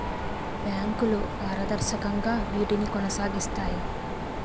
బ్యాంకులు పారదర్శకంగా వీటిని కొనసాగిస్తాయి